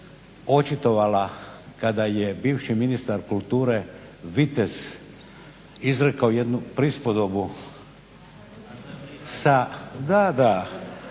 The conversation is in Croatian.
očitovala kada je bivši ministar kulture Vitez izrekao jednu prispodobu sa, da, da,